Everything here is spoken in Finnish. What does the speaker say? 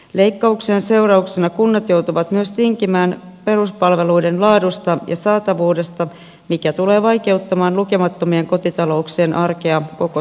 leikkauksien seurauksena kunnat joutuvat myös tinkimään peruspalveluiden laadusta ja saatavuudesta mikä tulee vaikeuttamaan lukemattomien kotitalouksien arkea koko suomessa